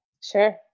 Sure